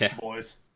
boys